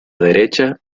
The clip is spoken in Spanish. derecha